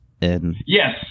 Yes